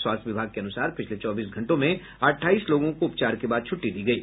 स्वास्थ्य विभाग के अनुसार पिछले चौबीस घंटों में अट्ठाईस लोगों को उपचार के बाद छुट्टी दे दी गयी